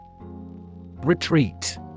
Retreat